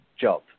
job